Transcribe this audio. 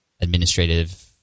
administrative